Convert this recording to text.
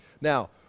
Now